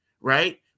right